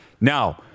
Now